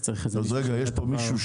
להתייחס.